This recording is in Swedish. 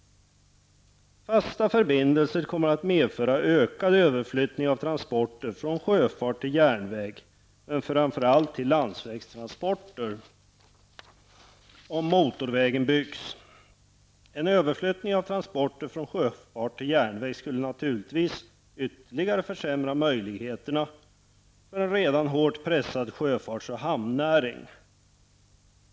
Fasta förbindelsen kommer att medföra ökad överflyttning av transporter från sjöfart till järnväg, men framför allt till landsvägstransporter -- om motorvägen byggs. En överflyttning av transporter från sjöfart till järnväg skulle naturligtvis ytterligare försämra möjligheterna för en redan hårt pressad sjöfarts och hamnnäring.